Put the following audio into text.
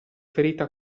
ferita